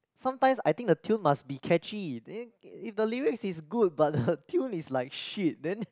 sometimes I think the tune must be catchy then if the lyrics is good but the tune is like shit then